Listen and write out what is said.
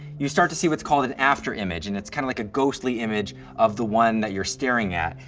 you start to see what's called an after image. and it's kind of like a ghostly image of the one that you're staring at.